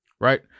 Right